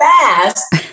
fast